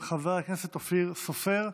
חבר הכנסת אופיר סופר,